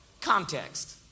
Context